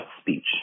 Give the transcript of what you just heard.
speech